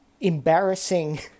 embarrassing